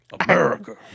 America